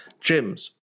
gyms